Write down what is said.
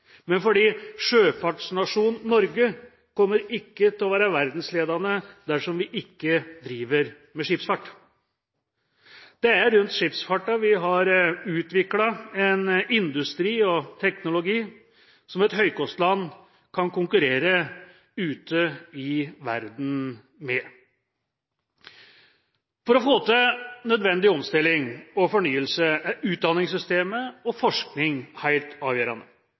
men fordi sjøfartsnasjonen Norge ikke kommer til å være verdensledende dersom vi ikke driver med skipsfart. Det er rundt skipsfarten vi har utviklet en industri og teknologi som et høykostland kan konkurrere med ute i verden. For å få til nødvendig omstilling og fornyelse er utdanningssystemet og forskning helt avgjørende.